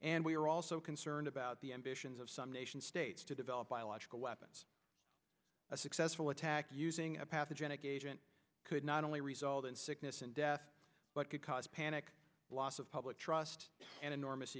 and we are also concerned about the ambitions of some nation states to develop biological weapons a successful attack using a pathogenic agent could not only result in sickness and death but could cause panic loss of public trust and enormous